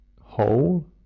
whole